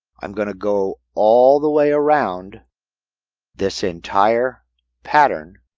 i'm going to go all the way around this entire pattern.